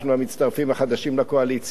המצטרפים החדשים לקואליציה,